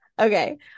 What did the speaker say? Okay